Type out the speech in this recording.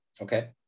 Okay